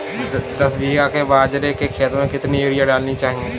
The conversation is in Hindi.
दस बीघा के बाजरे के खेत में कितनी यूरिया डालनी चाहिए?